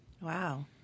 Wow